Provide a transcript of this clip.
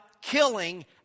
killing